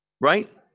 right